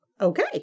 Okay